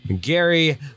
Gary